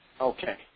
Okay